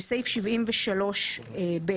בסעיף 73(ב),